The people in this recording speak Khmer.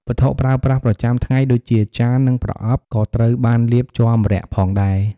វត្ថុប្រើប្រាស់ប្រចាំថ្ងៃដូចជា ចាន និងប្រអប់ក៏ត្រូវបានលាបជ័រម្រ័ក្សណ៍ផងដែរ។